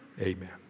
Amen